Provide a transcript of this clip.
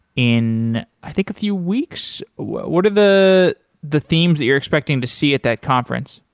in i think few weeks. wat are the the themes that you're expecting to see at that conference?